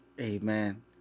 Amen